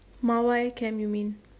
Mawai camp you mean